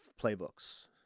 playbooks